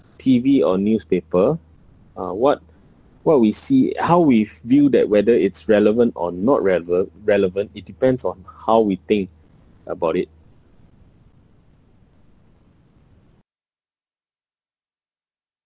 T_V or newspaper uh what what we see how we view that whether it's relevant or not rele~ relevant it depends on how we think about it